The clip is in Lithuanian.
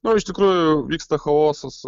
nu iš tikrųjų vyksta chaosas